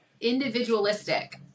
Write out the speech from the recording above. individualistic